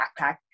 backpack